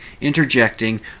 interjecting